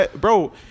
bro